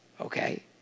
Okay